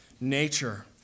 nature